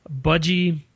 Budgie